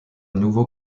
nouveau